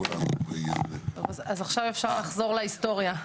אז עכשיו אפשר לחזור להיסטוריה,